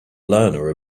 learner